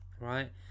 right